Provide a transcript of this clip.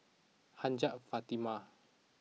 Hajjah Fatimah